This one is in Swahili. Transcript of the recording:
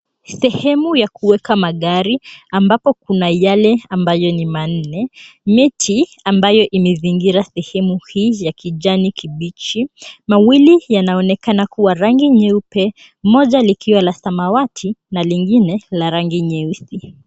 Sehemu ya kuweka magari ambapo kuna yale ambayo ni manne. Miti ambayo imezingira sehemu hii ya kijani kibichi. Mawili yanaonekana kuwa rangi nyeupe, moja likiwa la samawati na lingine la rangi nyeusi.